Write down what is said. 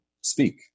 speak